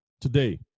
today